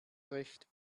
recht